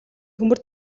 төмөр